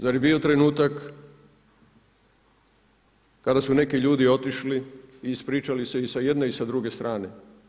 Zar je bio trenutak kada su neki ljudi otišli i ispričali se i sa jedne i sa druge strane?